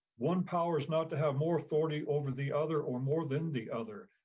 one powers not to have more authority over the other or more than the other.